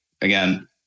again